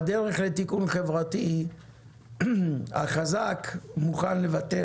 בדרך לתיקון חברתי החזק מוכן לוותר